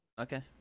Okay